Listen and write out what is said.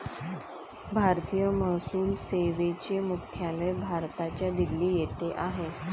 भारतीय महसूल सेवेचे मुख्यालय भारताच्या दिल्ली येथे आहे